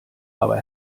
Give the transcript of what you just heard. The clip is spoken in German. aber